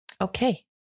okay